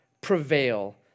prevail